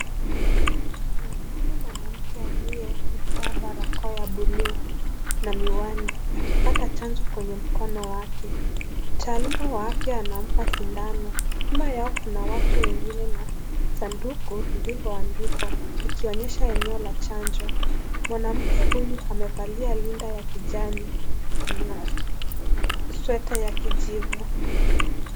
Tunamwona mwanamke aliye, vaa barakoa ya buluu, na miwani, akipata chanjo kwenye mkono wake, mtaalamu wa afya anampa sindano, nyuma yao kuna watu wengine na, sanduku lililoandikwa, likionyesha eneo la chanjo, mwanamke huyu amevalia linda ya kijani, na, sweta ya kijivu.